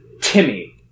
Timmy